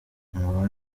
umubare